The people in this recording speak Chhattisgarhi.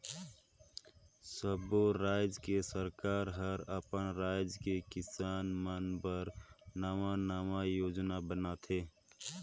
सब्बो रायज के सरकार हर अपन राज के किसान मन बर नांवा नांवा योजना बनाथे